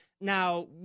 Now